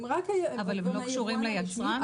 אבל הם לא קשורים ליצרן?